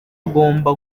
agomba